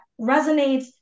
resonates